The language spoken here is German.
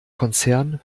konzern